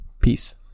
Peace